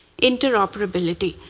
interoperability.